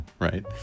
right